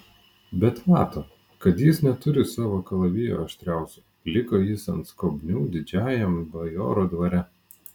bet mato kad jis neturi savo kalavijo aštriausio liko jis ant skobnių didžiajam bajoro dvare